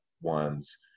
one's